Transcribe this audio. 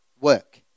work